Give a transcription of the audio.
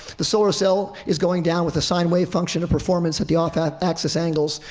the solar cell is going down with a sine wave function of performance at the off-axis angles.